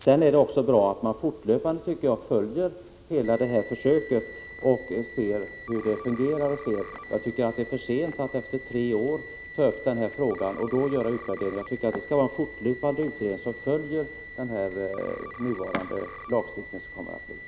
Det är för sent att efter tre år ta upp frågan och göra en utvärdering, utan det skall vara en fortlöpande utredning som följer den nuvarande lagstiftningen och ser hur den fungerar.